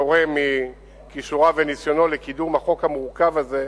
ותורם מכישוריו וניסיונו לקידום החוק המורכב הזה,